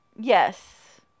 Yes